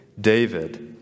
David